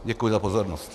Děkuji za pozornost.